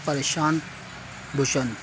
Prashant Bhushan